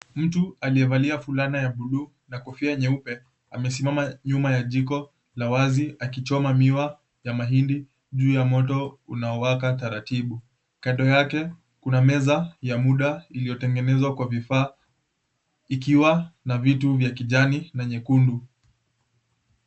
Mtu aliyevalia fulana ya buluu na kofia nyeupe, amesimama nyuma ya jiko la wazi akichoma miwa ya mahindi juu ya moto unaowaka taratibu. Kando yake kuna meza ya muda iliyotengenezwa kwa vifaa ikiwa na vitu vya kijani na nyekundu.